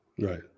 Right